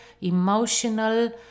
emotional